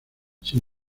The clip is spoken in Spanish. sin